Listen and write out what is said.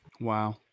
Wow